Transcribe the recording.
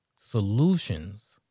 solutions